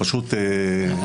הוא פשוט מתעכב.